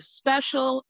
special